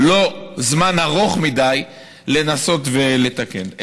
ויש עוד לא זמן ארוך מדי לנסות ולתקן.